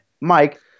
Mike